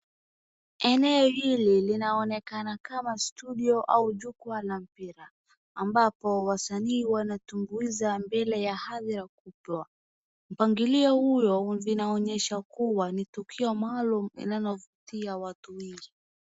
Eneo hili linaonekana kama studio, au jukwa la mpira, ambapo wasanii wanatumbuiza mbele ya hadhira kubwa. Mpangilio huo unaonyesha kuwa ni tukio maluum linalovutia watu wengi.